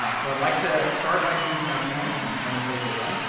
ah so i'd like to start by introducing our panelists and then turn this over to them.